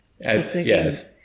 Yes